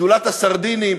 שדולת הסרדינים,